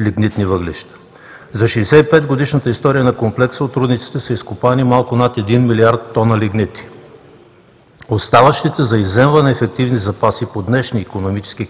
лигнитни въглища. За 65-годишната история на комплекса от рудниците са изкопани малко над 1 милиард тона лигнити. Оставащите за изземване ефективни запаси по днешни икономически,